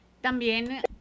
también